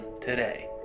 today